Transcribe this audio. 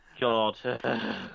God